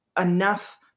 enough